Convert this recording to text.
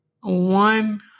One